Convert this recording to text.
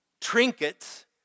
trinkets